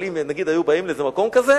אבל אם נגיד היו באים לאיזה מקום כזה,